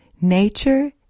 Nature